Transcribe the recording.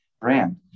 brand